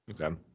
okay